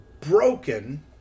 broken